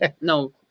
no